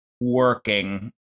working